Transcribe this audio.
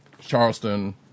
Charleston